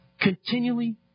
Continually